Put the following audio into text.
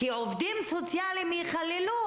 כי אם עובדים סוציאליים ייכללו,